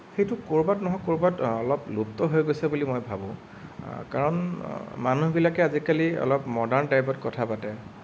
সেইটো ক'ৰবাত নহয় ক'ৰবাত অলপ লুপ্ত হৈ গৈছে বুলি মই ভাবোঁ কাৰণ মানুহবিলাকে আজিকালি অলপ মডাৰ্ণ টাইপত কথা পাতে